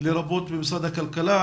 לרבות משרד הכלכלה,